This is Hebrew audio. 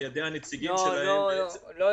על ידי הנציגים שלהם --- לא הבנתי.